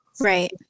Right